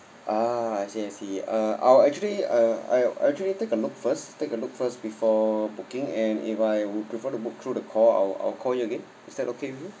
ah I see I see uh I'll actually uh I'll actually take a look first take a look first before booking and if I would prefer to book through the call I'll I'll call you again is that okay with you